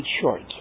short